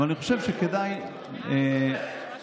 אני חושב שכדאי להמתין